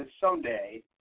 someday –